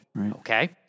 okay